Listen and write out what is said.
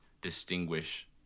distinguish